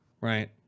Right